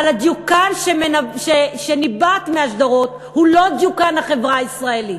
אבל הדיוקן שניבט מהשטרות הוא לא דיוקן החברה הישראלית,